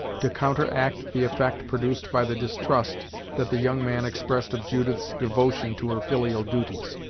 to counteract the effect produced by the distrust that the young man expressed of judith's devotion to her filial duties.